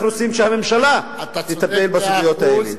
אנחנו רוצים שהממשלה תטפל בסוגיות האלה.